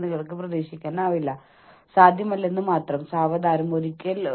അപ്പോൾ അവർ നിങ്ങൾക്കെതിരെ കേസെടുക്കുന്ന നാശനഷ്ടങ്ങൾക്ക് നിങ്ങൾ ഉത്തരവാദിയായിരിക്കും